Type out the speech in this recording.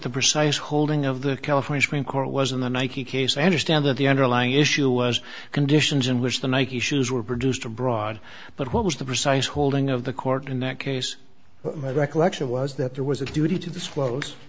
holding of the california supreme court was in the nike case and a stand that the underlying issue was conditions in which the nike shoes were produced abroad but what was the precise holding of the court in that case but my recollection was that there was a duty to disclose